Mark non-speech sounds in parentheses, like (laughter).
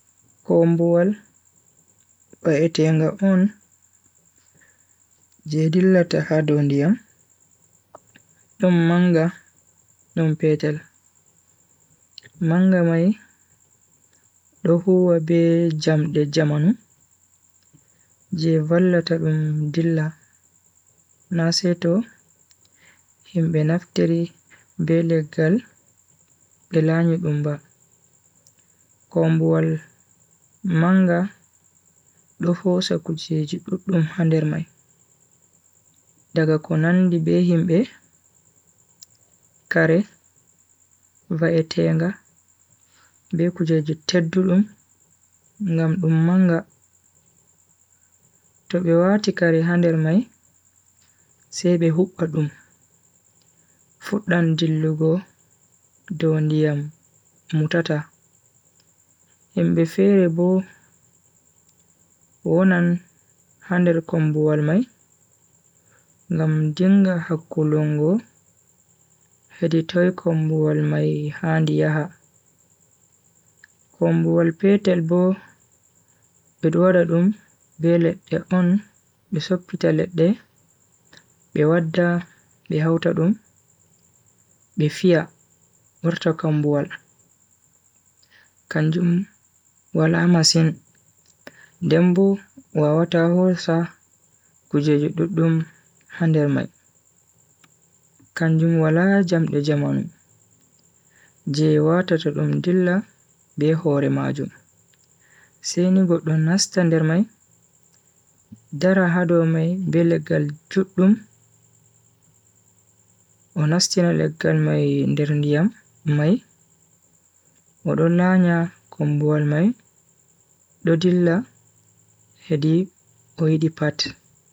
kombuwal pa ehti yunga on je dilla ta hado ndiyam num manga num petal manga mai dohu wa be (hesitation) jamde jamon je vala ta um dilla nase to him benaftiri be legal belanyu gumbak kombuwal manga dohu wa saku je je jitut num hander mai daga konan di be him be kareth wa ehti yunga be kujaj je te dulu nga um manga to be wa artikari hander mai sebe huk adum fuk dan jill lugo doh ndiyam mutata him be fere bo unan hander kombuwal mai nga um jinga ha kulungo edi toi kombuwal mai handi yaha kombuwal petal bo be doh adum belet de on besok pitalet de be wadda behaut adum be fia urta kombuwal kanjum wal amasin dambu wa wadda horsa kujaj je jitut num hander mai kanjum wal ha jamde jamon je wadda totum dilla be hore majum se ni go do naste hander mai dara hado mai be legal jitut num o naste nalegal mai (hesitation) ndiyam mai o do nanya kombuwal mai do dilla edi oidi pat